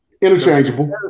Interchangeable